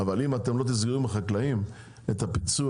אבל אם אתם לא תסגרו עם החקלאים את הפיצוי